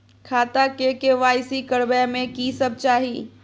खाता के के.वाई.सी करबै में की सब चाही?